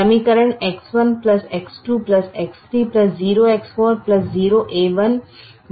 समीकरण X1 X2 X3 0X4 0a1 5 हैं